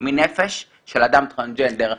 מנפש של אדם טרנסג'נדר.